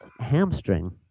hamstring